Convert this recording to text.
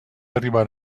arribar